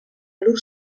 lur